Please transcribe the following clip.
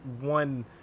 one